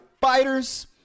fighters